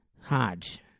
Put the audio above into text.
Hodge